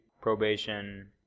probation